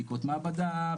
בדיקות מעבדה,